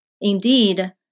Indeed